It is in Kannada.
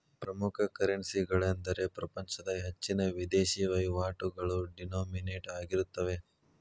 ಪ್ರಮುಖ ಕರೆನ್ಸಿಗಳೆಂದರೆ ಪ್ರಪಂಚದ ಹೆಚ್ಚಿನ ವಿದೇಶಿ ವಹಿವಾಟುಗಳು ಡಿನೋಮಿನೇಟ್ ಆಗಿರುತ್ತವೆ